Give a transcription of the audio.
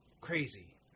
crazy